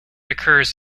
occurs